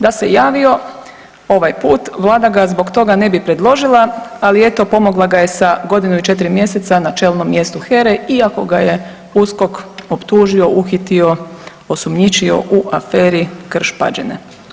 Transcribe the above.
Da se javio ovaj put Vlada ga zbog toga ne bi predložila, ali eto pomogla ga je sa godinu i 4 mjeseca na čelnom mjestu HERE iako ga je USKOK optužio, uhitio, osumnjičio u aferi Krš Pađene.